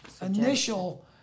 initial